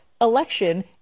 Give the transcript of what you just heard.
election